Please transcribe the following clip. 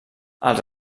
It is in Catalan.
els